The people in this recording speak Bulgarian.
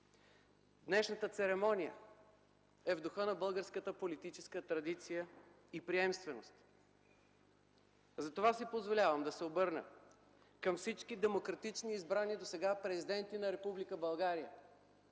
Днешната церемония е в духа на българската политическа традиция и приемственост. Затова си позволявам да се обърна към всички демократично избрани досега президенти на Република